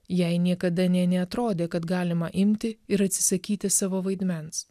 jai niekada nė neatrodė kad galima imti ir atsisakyti savo vaidmens